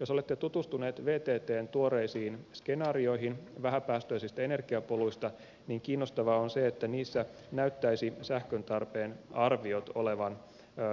jos olette tutustuneet vttn tuoreisiin skenaarioihin vähäpäästöisistä energiapoluista niin kiinnostavaa on se että niissä näyttäisivät sähköntarpeen arviot olevan